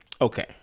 okay